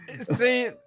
See